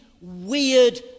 weird